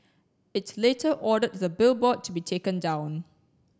it later ordered the billboard to be taken down